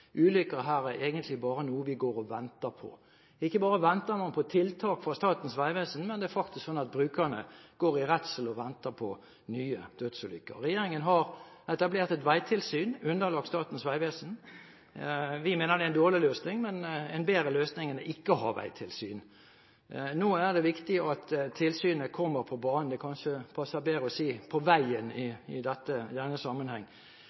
ulykker her er egentlig bare noe vi går og venter på. Ikke bare venter man på tiltak fra Statens vegvesen, men det er faktisk slik at brukerne går i redsel og venter på nye dødsulykker. Regjeringen har etablert et veitilsyn underlagt Statens vegvesen – vi mener det er en dårlig løsning, men det er en bedre løsning enn ikke å ha et veitilsyn. Nå er det viktig at tilsynet kommer på banen – det passer kanskje bedre å si «på veien» i denne sammenheng